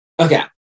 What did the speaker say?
Okay